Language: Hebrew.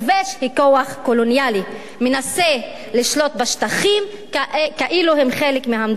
היא כוח קולוניאלי: מנסה לשלוט בשטחים כאילו הם חלק מהמדינה.